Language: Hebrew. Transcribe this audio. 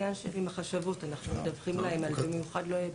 החרגות של נושאים שאותם לא צריכים